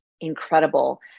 incredible